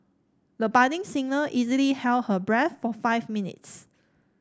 the budding singer easily held her breath for five minutes